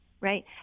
right